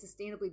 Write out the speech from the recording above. sustainably